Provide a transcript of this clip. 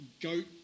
goat